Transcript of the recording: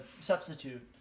substitute